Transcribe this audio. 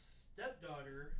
stepdaughter